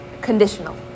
conditional